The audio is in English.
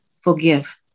forgive